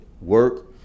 work